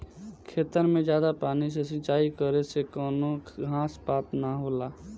खेतन मे जादा पानी से सिंचाई करे से कवनो घास पात ना होला